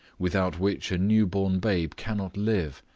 without which a new-born babe cannot live,